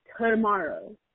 tomorrow